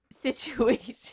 situation